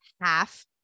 half